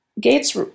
Gates